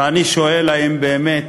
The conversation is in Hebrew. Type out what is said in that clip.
ואני שואל, האם באמת